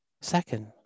second